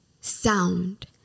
sound